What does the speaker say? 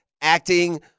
acting